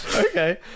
okay